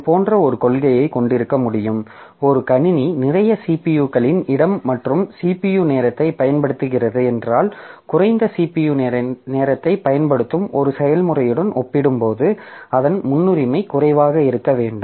இது போன்ற ஒரு கொள்கையை கொண்டிருக்க முடியும் ஒரு கணினி நிறைய CPU களின் இடம் மற்றும் CPU நேரத்தைப் பயன்படுத்துகிறது என்றால் குறைந்த CPU நேரத்தைப் பயன்படுத்தும் ஒரு செயல்முறையுடன் ஒப்பிடும்போது அதன் முன்னுரிமை குறைவாக இருக்க வேண்டும்